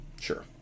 Sure